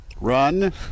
run